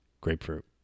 Grapefruit